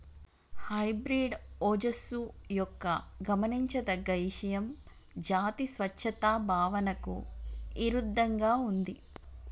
hybrid ఓజస్సు యొక్క గమనించదగ్గ ఇషయం జాతి స్వచ్ఛత భావనకు ఇరుద్దంగా ఉంది